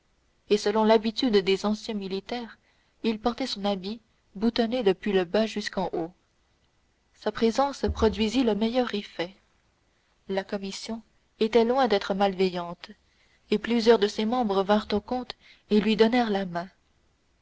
et selon l'habitude des anciens militaires il portait son habit boutonné depuis le bas jusqu'en haut sa présence produisit le meilleur effet la commission était loin d'être malveillante et plusieurs de ses membres vinrent au comte et lui donnèrent la main